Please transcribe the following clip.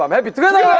um happy together.